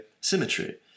symmetry